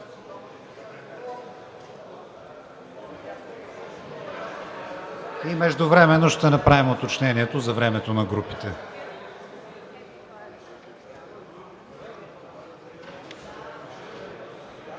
и междувременно ще направим уточнението за времето на групите.